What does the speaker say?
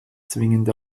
zwingend